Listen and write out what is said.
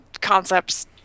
concepts